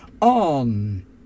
On